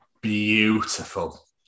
Beautiful